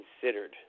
considered